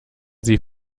sie